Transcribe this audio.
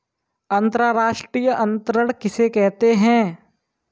अंतर्राष्ट्रीय अंतरण किसे कहते हैं?